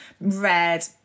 red